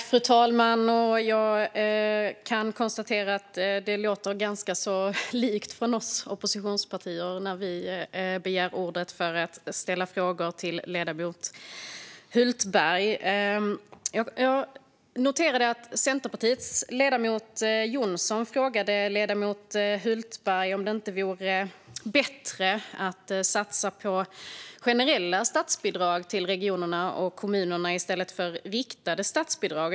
Fru talman! Jag kan konstatera att det låter ganska likartat från oss oppositionspartier när vi begär ordet för att ställa frågor till ledamoten Hultberg. Jag noterade att Centerpartiets ledamot Jonsson frågade ledamoten Hultberg om det inte vore bättre att satsa på generella statsbidrag till regionerna och kommunerna än att ha riktade statsbidrag.